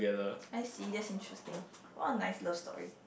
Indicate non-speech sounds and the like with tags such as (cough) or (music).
(noise) I see that's interesting what a nice love story